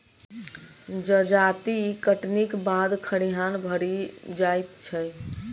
जजाति कटनीक बाद खरिहान भरि जाइत छै